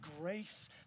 grace